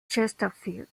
chesterfield